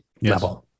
level